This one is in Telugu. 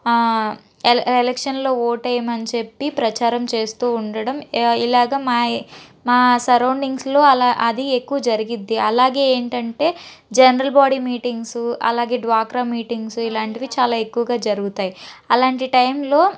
ఎ ఎలక్షన్లో ఓటేయమని చెప్పి ప్రచారం చేస్తూ ఉండడం ఇలాగా మా మా సరౌన్డింగ్స్లో అది ఎక్కువ జరిగిద్ది అలాగే ఏంటంటే జనరల్ బాడి మీటింగ్సు అలాగే డ్వాక్రా మీటింగ్సు ఇలాంటివి చాలా ఎక్కువగా జరుగుతాయి అలాంటి టైంలో